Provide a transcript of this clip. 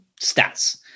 stats